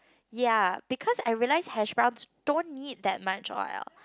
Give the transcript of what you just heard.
ya because I realise hash browns don't need that much oil